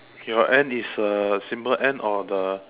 your and is a symbol and or the